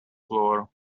floor